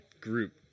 group